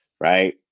right